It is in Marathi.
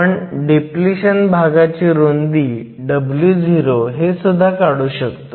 आपण डिप्लिशन भागाची रुंदी Wo सुद्धा काढू शकतो